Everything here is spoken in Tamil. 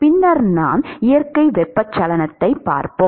பின்னர் நாம் இயற்கை வெப்பச்சலனத்தைப் பார்ப்போம்